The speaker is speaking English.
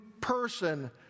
person